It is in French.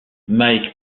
mike